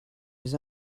his